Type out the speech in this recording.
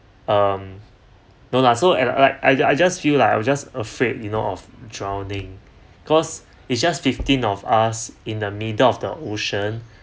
um no lah so and like I I just feel like I'm just afraid you know of drowning cause it's just fifteen of us in the middle of the ocean